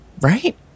right